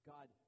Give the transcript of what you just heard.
God